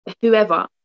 whoever